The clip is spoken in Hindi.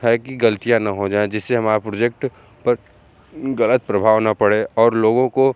है कि गलतियाँ ना हो जाएँ जिससे हमारा प्रुजेक्ट पर गलत प्रभाव ना पड़े और लोगों को